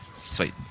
Sweet